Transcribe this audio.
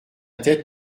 tête